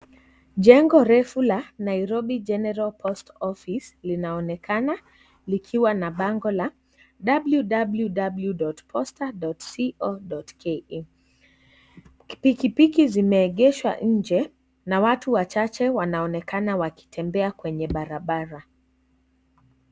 Jengo refu la Nairobi General post office linaonekana likiwa na bango la www.post.co.ke ,pikipiki zimeegeshwa nje na watu wachache wanaonekana wakitembea kwenye barabara.